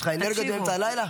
יש לך אנרגיה באמצע הלילה?